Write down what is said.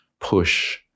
push